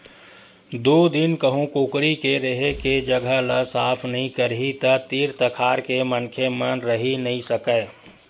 दू दिन कहूँ कुकरी के रेहे के जघा ल साफ नइ करही त तीर तखार के मनखे मन रहि नइ सकय